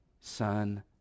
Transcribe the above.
son